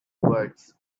words